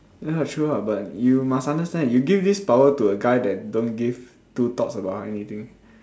ya true ah but you must understand you give this power to a guy that don't give two thoughts about anything